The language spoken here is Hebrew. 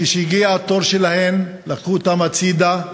כשהגיע התור שלהן לקחו אותן הצדה.